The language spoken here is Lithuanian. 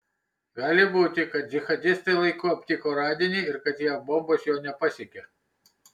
gali būti kad džihadistai laiku aptiko radinį ir kad jav bombos jo nepasiekė